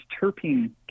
terpene